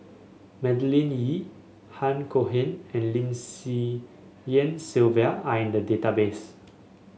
Madeleine Yee Han Cohen and Lim Swee Lian Sylvia are in the database